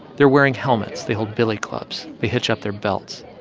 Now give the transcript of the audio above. they're wearing helmets. they hold billy clubs. they hitch up their belts.